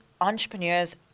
entrepreneurs